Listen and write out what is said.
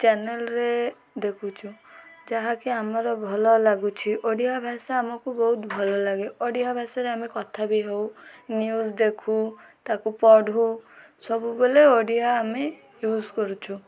ଚ୍ୟାନେଲରେ ଦେଖୁଛୁ ଯାହାକି ଆମର ଭଲ ଲାଗୁଛି ଓଡ଼ିଆ ଭାଷା ଆମକୁ ବହୁତ ଭଲ ଲାଗେ ଓଡ଼ିଆ ଭାଷାଠାରେ ଆମେ କଥା ବି ହଉ ନ୍ୟୁଜ୍ ଦେଖୁ ତାକୁ ପଢ଼ୁ ସବୁବେଳେ ଓଡ଼ିଆ ଆମେ ୟୁଜ୍ କରୁଛୁ